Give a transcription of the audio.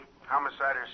Homicide